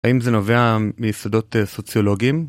האם זה נובע מיסודות סוציולוגיים?